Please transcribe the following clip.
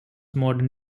modern